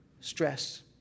stress